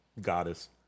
goddess